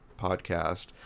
podcast